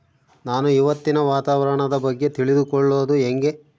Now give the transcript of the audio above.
ನಾನು ಇವತ್ತಿನ ವಾತಾವರಣದ ಬಗ್ಗೆ ತಿಳಿದುಕೊಳ್ಳೋದು ಹೆಂಗೆ?